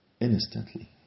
instantly